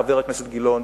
חבר הכנסת גילאון,